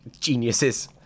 geniuses